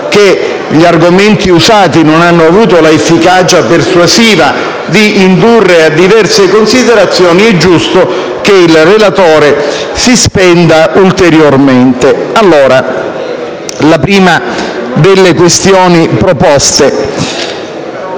che gli argomenti usati non hanno avuto l'efficacia persuasiva di indurre a diverse considerazioni, è giusto che il relatore si spenda ulteriormente. La prima delle questioni proposte